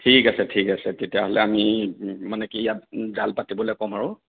ঠিক আছে ঠিক আছে তেতিয়াহ'লে আমি মানে কি ইয়াত জাল পাতিবলৈ কম আৰু